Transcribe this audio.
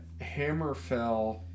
Hammerfell